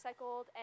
recycled